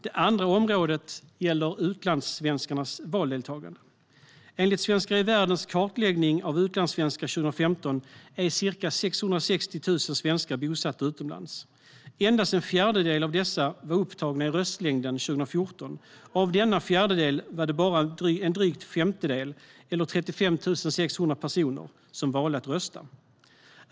Det andra området gäller utlandssvenskarnas valdeltagande. Enligt Svenskar i Världens kartläggning av utlandssvenskar 2015 är ca 660 000 svenskar bosatta utomlands. Endast en fjärdedel av dessa var upptagna i röstlängden 2014, och av denna fjärdedel var det bara drygt en femtedel eller 35 600 personer som valde att rösta.